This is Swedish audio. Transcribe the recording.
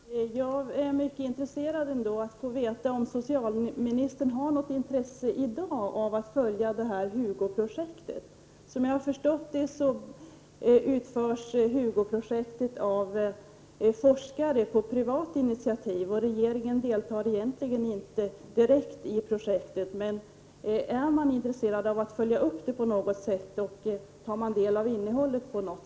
Fru talman! Jag är mycket intresserad ändå att få veta om socialministern har något intresse i dag av att följa HUGO-projektet. Som jag förstått det utförs HUGO-projektet av forskare på privat initiativ. Regeringen deltar egentligen inte direkt i projektet. Men är regeringen intresserad av att följa upp projektet på något sätt, och tar man del av innehållet?